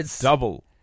double